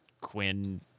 Quinn